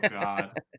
God